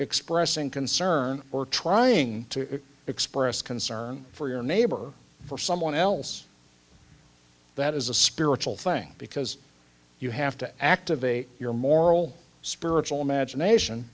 expressing concern or trying to express concern for your neighbor for someone else that is a spiritual thing because you have to activate your moral spiritual imagination